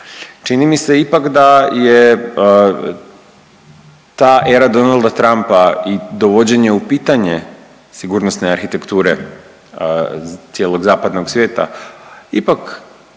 čini mi se ipak da je ta era Donalda Trumpa i dovođenje u pitanje sigurnosne arhitekture cijelog zapadnog svijeta ipak